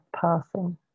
passing